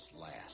last